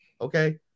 Okay